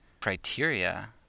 criteria